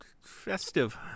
Festive